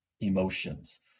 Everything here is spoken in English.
emotions